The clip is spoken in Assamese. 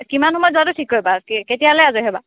কিমান সময়ত যোৱাতো ঠিক কৰিবা কে কেতিয়ালৈ আজৰি হ'বা